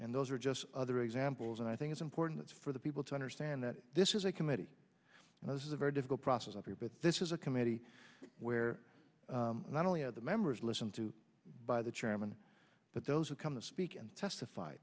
and those are just other examples and i think it's important for the people to understand that this is a committee and this is a very difficult process but this is a committee where not only are the members listen to by the chairman but those who come to speak and testify